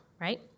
right